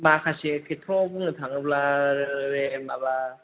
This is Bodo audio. माखासे खेथ्र'आव बुंनो थाङोब्ला माबा